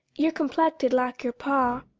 you're complected like your pa.